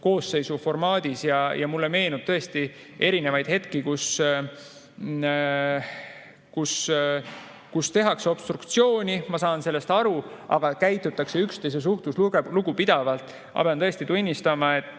koosseisus ja mulle meenub tõesti erinevaid hetki, kus on tehtud obstruktsiooni. Ma saan sellest aru. Aga käitutud on üksteise suhtes lugupidavalt. Ma pean tõesti tunnistama, et